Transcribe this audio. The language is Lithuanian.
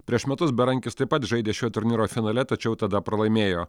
prieš metus berankis taip pat žaidė šio turnyro finale tačiau tada pralaimėjo